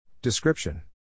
Description